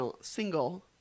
single